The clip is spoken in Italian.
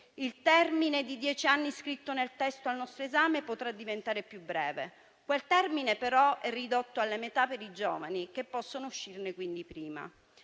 Il termine di dieci anni scritto nel testo al nostro esame potrà diventare più breve. Quel termine, però, è ridotto alla metà per i giovani, che possono quindi uscirne prima.